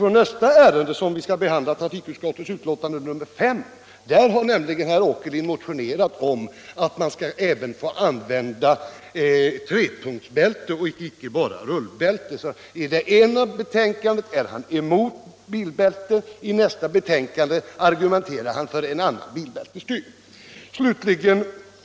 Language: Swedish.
I nästa ärende som vi skall behandla, trafikutskottets betänkande nr 5, har nämligen herr Åkerlind motionerat om att man även skall få använda trepunktsbälte och inte bara rullbälte. I det ena ärendet är han emot bilbälte, och i nästa argumenterar han för en annan bilbältestyp.